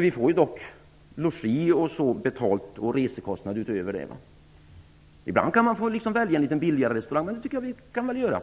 Vi får ju dock login betald, liksom resekostnader utöver det. Ibland kan man få välja en litet billigare restaurang, men det kan man väl göra?